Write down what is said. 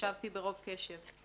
הקשבתי ברוב קשב.